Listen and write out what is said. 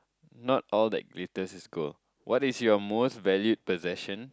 not all that glitters is gold what is your most valued possession